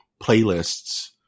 playlists